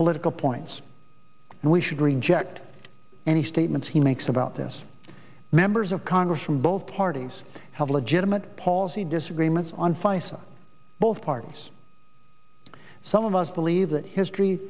political points and we should reject any statements he makes about this members of congress from both parties have legitimate policy disagreements on face of both parties some of us believe that history